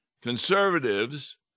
Conservatives